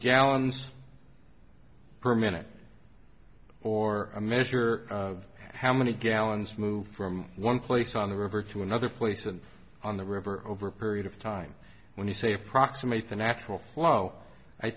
gallons per minute or a measure of how many gallons moved from one place on the river to another place and on the river over a period of time when you say approximate the natural flow